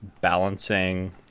balancing